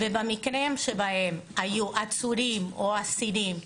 ובמקרים שבהם היו עצורים או אסירים,